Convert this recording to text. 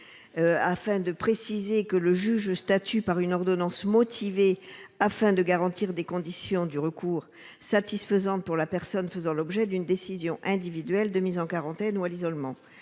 afin de préciser que le juge statue par une ordonnance motivée pour garantir des conditions de recours satisfaisantes à la personne faisant l'objet d'une décision individuelle de mise en quarantaine ou de placement